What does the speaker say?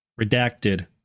Redacted